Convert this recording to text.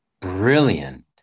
brilliant